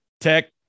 tech